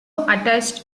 attached